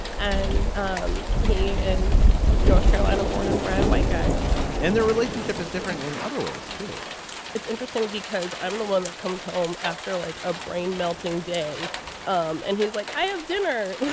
and um he is north carolina born and bred white guys and their relationship is different in other ways, too it's interesting because i'm the one that comes home after like a brain melting day um and he's like, i have dinner